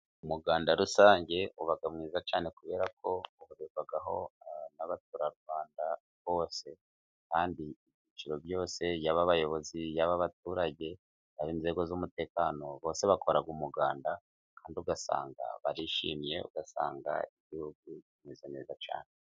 Umuganda rusange uba mwiza cyane, kubera ko uhurirwaho n'abaturarwanda bose, kandi ibyiciro byose, yaba abayobozi b'abaturage, ab'inzego z'umutekano bose bakora umuganda, kandi ugasanga barishimye, ugasanga igihugu bimeze neza cyane.